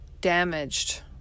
damaged